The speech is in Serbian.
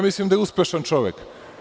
Mislim da je uspešan čovek.